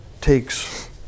takes